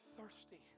thirsty